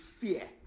fear